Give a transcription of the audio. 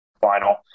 final